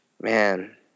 man